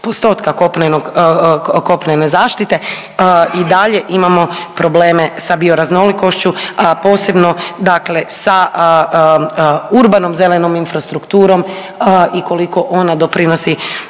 postotka kopnene zaštite i dalje imamo probleme sa bioraznolikošću, a posebno dakle sa urbanom zelenom infrastrukturom i koliko ona doprinosi